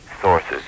sources